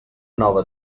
nova